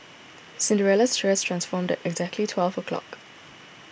Cinderella's dress transformed exactly at twelve o'clock